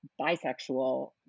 bisexual